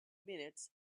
minutes